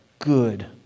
Good